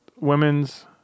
women's